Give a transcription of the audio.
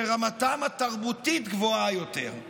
שרמתם התרבותית גבוהה יותר";